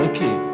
Okay